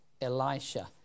Elisha